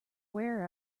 wear